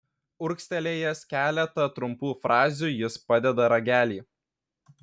urgztelėjęs keletą trumpų frazių jis padeda ragelį